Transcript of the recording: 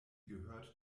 gehört